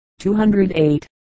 208